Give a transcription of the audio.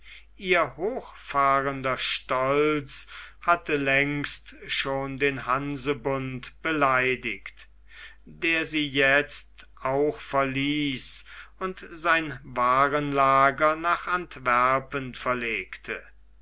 ihr hochfahrender stolz hatte längst schon den hansebund beleidigt der sie jetzt auch verließ und sein warenlager nach antwerpen verlegte